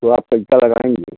तो आप कैसा लगाएँगे